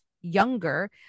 younger